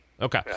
okay